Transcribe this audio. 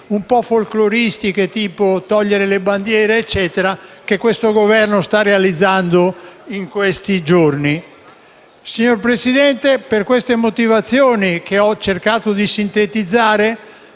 un po' folkloristiche, tipo togliere le bandiere europee o altro, che il Governo sta realizzando in questi giorni. Signor Presidente, per queste motivazioni, che ho cercato di sintetizzare,